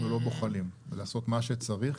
אנחנו לא בוחלים בלעשות מה שצריך.